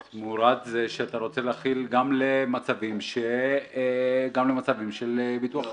תמורת זה שאתה רוצה להחיל למצבים של ביטוח חיים.